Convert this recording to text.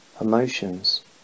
emotions